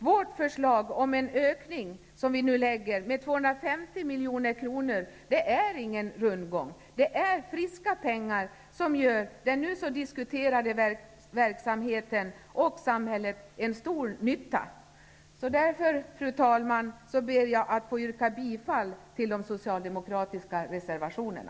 Det förslag som vi nu lägger fram, om en ökning med 250 milj.kr., är ingen rundgång. Det är friska pengar, som gör den nu diskuterade verksamheten och samhället en stor nytta. Därför, fru talman, ber jag att få yrka bifall till de socialdemokratiska reservationerna.